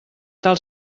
tal